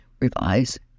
Revise